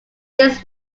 this